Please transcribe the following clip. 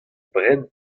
bren